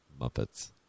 Muppets